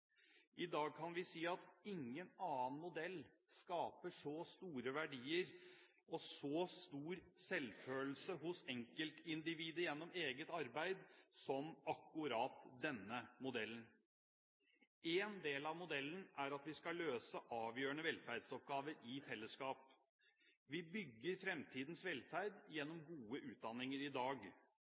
I dag kan vi si at ingen annen modell skaper så store verdier og så stor selvfølelse hos enkeltindividet gjennom eget arbeid som akkurat denne modellen. En del av modellen er at vi skal løse avgjørende velferdsoppgaver i fellesskap. Vi bygger fremtidens velferd gjennom gode utdanninger i dag.